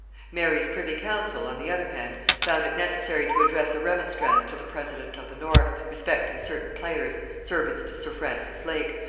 mary's privy-council, on the other hand, found it necessary to address a remonstrance to the president of the north, respecting certain players, servants to sir francis lake,